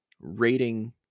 rating